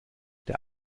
der